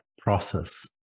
process